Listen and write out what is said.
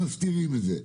-- ומסתירים את זה.